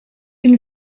une